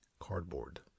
Cardboard